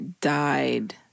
died